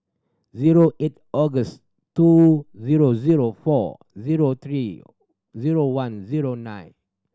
zero eight August two zero zero four zero three zero one zero nine